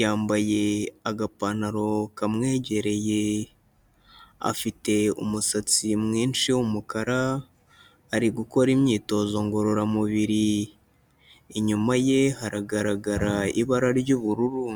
yambaye agapantaro kamwegereye, afite umusatsi mwinshi w'umukara, ari gukora imyitozo ngororamubiri, inyuma ye haragaragara ibara ry'ubururu.